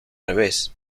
revés